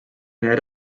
aina